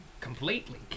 completely